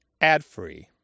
ad-free